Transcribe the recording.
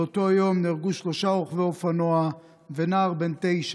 באותו יום נהרגו שלושה רוכבי אופנוע ונער בן תשע.